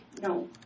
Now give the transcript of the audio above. no